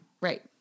Right